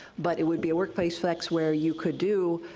but it would be a workplace flex where you could do,